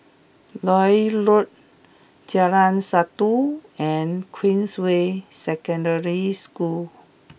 Lloyd Road Jalan Satu and Queensway Secondary School